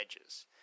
edges